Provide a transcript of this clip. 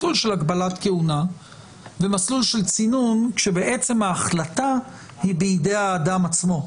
מסלול של הגבלת כהונה ומסלול של צינון כשההחלטה היא בידי האדם עצמו,